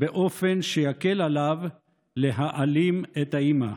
באופן שיקל עליו להעלים את האימא,